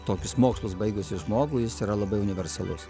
tokius mokslus baigusį žmogų jis yra labai universalus